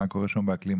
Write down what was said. מה קורה שם באקלים?